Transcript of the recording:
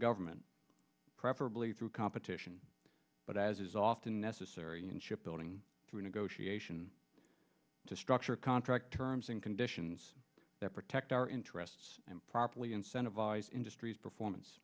government preferably through competition but as is often necessary in shipbuilding through negotiation to structure contract terms and conditions that protect our interests and properly incentivize industries performance